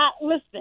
listen